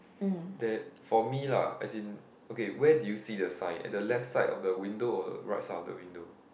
that for me lah as in okay where do you see the sign at the left side of the window or right side of the window